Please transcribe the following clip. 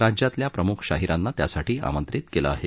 राज्यातल्या प्रमुख शाहिरांना त्यासाठी आमंत्रित केलं आहे